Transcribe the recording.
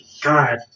God